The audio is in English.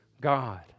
God